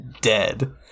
dead